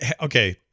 okay